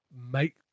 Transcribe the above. make